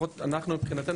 לפחות אנחנו מבחינתנו,